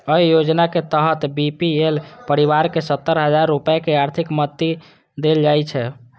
अय योजनाक तहत बी.पी.एल परिवार कें सत्तर हजार रुपैया के आर्थिक मदति देल जाइ छै